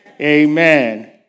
Amen